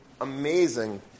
amazing